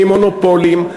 ממונופולים,